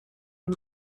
dem